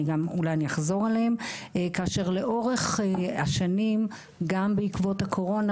אולי אני אחזור עליהם כאשר לאורך השנים גם בעקבות הקורונה